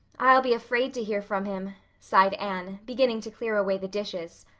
i'll be afraid to hear from him, sighed anne, beginning to clear away the dishes.